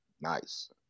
Nice